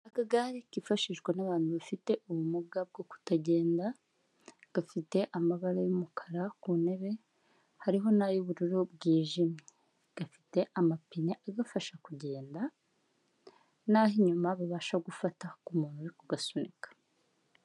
Akagare kifashishwa n'abantu bafite ubumuga bwo kutagenda, gafite amabara y'umukara ku ntebe hariho nayy'ubururu bwijimye, gafite amapine agafasha kugenda n'aho inyuma babasha gufata ku muntu uri kugasunika.